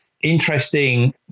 interesting